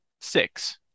Six